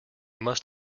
must